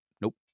Nope